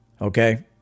Okay